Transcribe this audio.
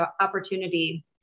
opportunity